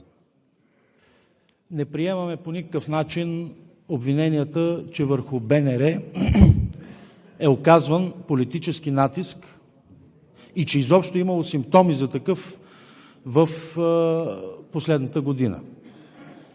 Не приемаме по никакъв начин обвиненията, че върху БНР е оказван политически натиск и че изобщо е имало симптоми за такъв в последната година.